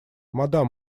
мадам